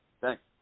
Thanks